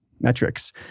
metrics